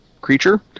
creature